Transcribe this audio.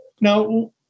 now